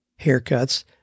haircuts